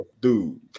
Dude